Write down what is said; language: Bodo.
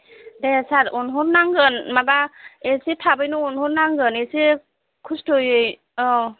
दे सार अनहर नांगोन माबा एसे थाबैनो अनहर नांगोन एसे खस्त'यै औ